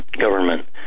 government